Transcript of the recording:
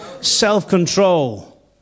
self-control